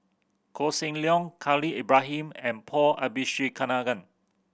Koh Seng Leong Khalil Ibrahim and Paul Abisheganaden